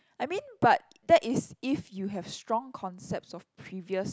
I mean but that is if you have strong concepts of previous